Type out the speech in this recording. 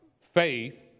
faith